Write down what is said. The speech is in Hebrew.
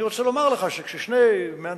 אני רוצה לומר לך שכששני מהנדסים